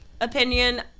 opinion